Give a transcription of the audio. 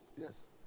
Yes